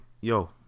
yo